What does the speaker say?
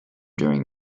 during